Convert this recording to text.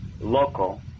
local